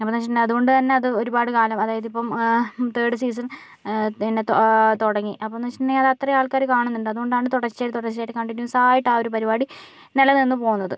അതുകൊണ്ട് തന്നെ അത് ഒരുപാടുകാലം അതായതിപ്പോൾ തേർഡ് സീസൺ പിന്നെ തുടങ്ങി അപ്പോഴെന്ന് വച്ചിട്ടുണ്ടെങ്കിൽ അത് അത്രയും ആൾക്കാര് കാണുന്നുണ്ട് അതുകൊണ്ടാണ് തുടർച്ചയായി തുടർച്ചയായിട്ട് കണ്ടിന്യൂസായിട്ട് ആ ഒരു പരിപാടി നില നിന്ന് പോകുന്നത്